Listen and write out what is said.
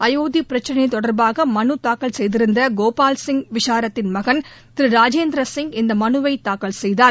அயோத்தி பிரச்னை தொடர்பாக மனு தாக்கல் செய்திருந்த கோபால் சிங் விஷாரத்தின் மகன் திரு ராஜேந்திர சிப் இந்த மனுவை தாக்கல் செய்தார்